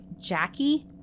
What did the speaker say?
Jackie